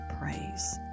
praise